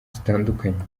zitandukanye